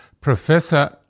Professor